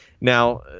Now